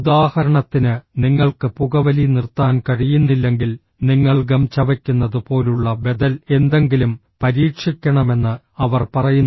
ഉദാഹരണത്തിന് നിങ്ങൾക്ക് പുകവലി നിർത്താൻ കഴിയുന്നില്ലെങ്കിൽ നിങ്ങൾ ഗം ചവയ്ക്കുന്നത് പോലുള്ള ബദൽ എന്തെങ്കിലും പരീക്ഷിക്കണമെന്ന് അവർ പറയുന്നു